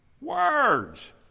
Words